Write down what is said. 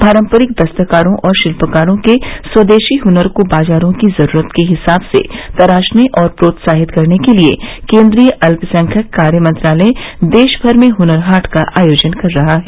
पारंपरिक दस्तकारों और शिल्पकारों के स्वदेशी हुनर को बाजारों की जरूरत के हिसाब से तराशने और प्रोत्साहित करने के लिए केन्द्रीय अल्पसंख्यक कार्य मंत्रालय देश भर में हुनर हाट का आयोजन कर रहा है